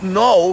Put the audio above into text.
no